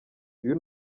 uyu